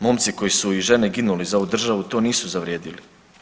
Momci koji su i žene ginuli za ovu državu to nisu zavrijedili.